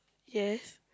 yes